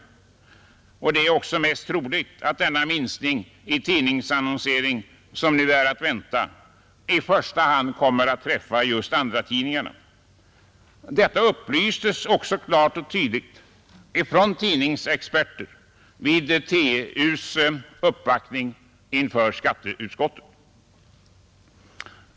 Det är också mest troligt att den minskning i tidningsannonsering som nu är att vänta i första hand kommer att drabba just andratidningarna. Detta upplystes också klart och tydligt av tidningsexperter vid TU:s uppvaktning inför skatteutskottet.